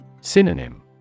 Synonym